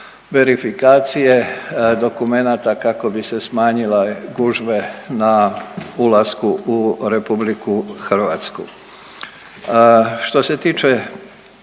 verifikacije dokumenata kako bi se smanjile gužve na ulasku u RH. Što se tiče